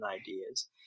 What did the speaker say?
ideas